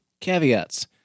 caveats